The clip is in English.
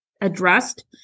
addressed